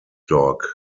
dog